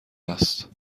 است